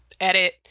edit